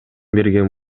берген